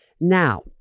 Now